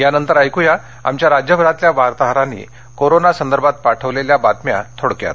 या नंतर ऐकया आमच्या राज्यभरातल्या वार्ताहरांनी कोरोना संदर्भात पाठवलेल्या बातम्या थोडक्यात